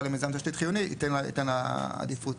למיזם תשתית חיוני ייתן לה עדיפות,